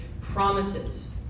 promises